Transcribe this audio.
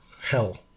Hell